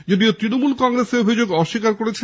যদিও ত়ণমূল কংগ্রেস এই অভিযোগ অস্বীকার করেছে